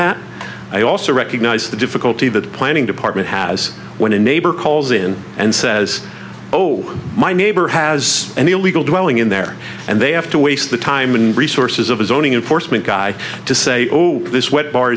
that i also recognize the difficulty that the planning department has when a neighbor calls in and says oh my neighbor has an illegal dwelling in there and they have to waste the time and resources of his own enforcement guy to say oh this wet bar